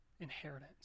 inheritance